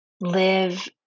live